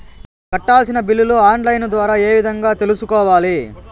కట్టాల్సిన బిల్లులు online ద్వారా ఏ విధంగా తెలుసుకోవాలి?